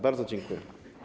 Bardzo dziękuję.